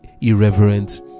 irreverent